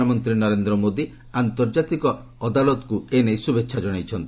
ପ୍ରଧାନମନ୍ତ୍ରୀ ନରେନ୍ଦ୍ର ମୋଦି ଆନ୍ତର୍ଜାତିକ ଅଦାଲତକୁ ଶୁଭେଚ୍ଛା ଜଣାଇଛନ୍ତି